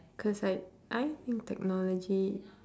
cause like I think technology